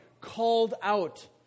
called-out